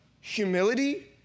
humility